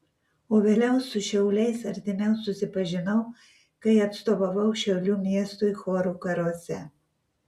o vėliau su šiauliais artimiau susipažinau kai atstovavau šiaulių miestui chorų karuose